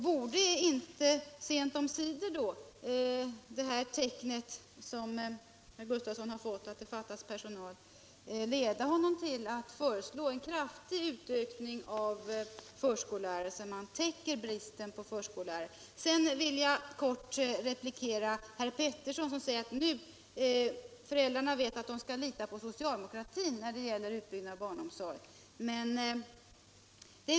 Borde inte sent omsider de av herr Gustavsson observerade tecknen på att det fattas personal leda honom till att föreslå en kraftig utökning av förskollärarutbildningen, så att man täcker bristen på förskollärare? Sedan vill jag kort replikera herr Peterson i Nacka, som säger att föräldrarna vet att de kan lita på socialdemokratin när det gäller utbyggnad av barnomsorgen.